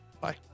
bye